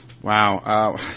Wow